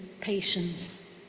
patience